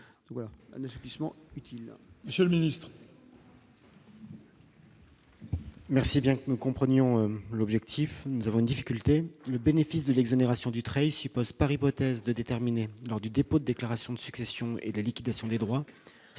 un assouplissement utile.